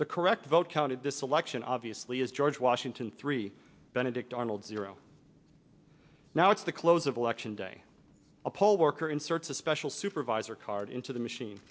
the correct vote counted this election obviously is george washington three benedict arnold zero now it's the close of election day a poll worker inserts a special supervisor card into the machine